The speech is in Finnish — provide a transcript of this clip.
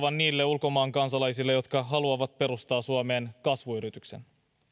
ulkomaan kansalaisille jotka haluavat perustaa suomeen kasvuyrityksen toki pitää myös